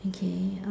okay